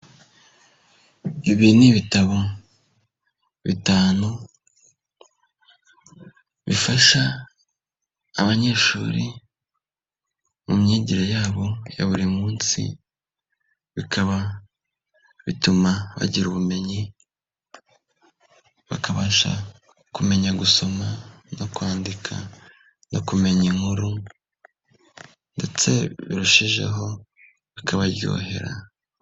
Ibi ni ibitabo bitanu bifasha abanyeshuri mu myigire yabo ya buri munsi, bikaba bituma bagira ubumenyi bakabasha kumenya gusoma no kwandika, no kumenya inkuru ndetse birushijeho bikabaryohera.